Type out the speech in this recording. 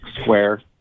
square